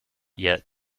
yet